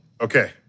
Okay